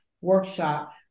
workshop